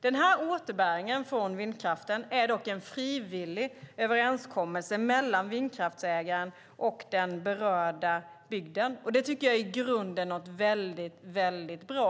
Den återbäringen från vindkraften är dock en frivillig överenskommelse mellan vindkraftsägaren och den berörda bygden. Det tycker jag i grunden är något mycket bra.